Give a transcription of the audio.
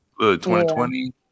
2020